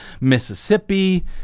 Mississippi